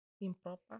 improper